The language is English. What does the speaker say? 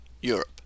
Europe